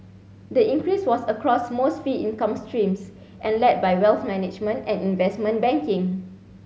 the increase was across most fee income streams and led by wealth management and investment banking